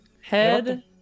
head